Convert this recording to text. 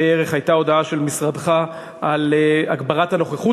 הייתה הודעה של משרדך על הגברת הנוכחות